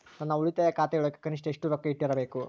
ನನ್ನ ಉಳಿತಾಯ ಖಾತೆಯೊಳಗ ಕನಿಷ್ಟ ಎಷ್ಟು ರೊಕ್ಕ ಇಟ್ಟಿರಬೇಕು?